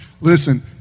Listen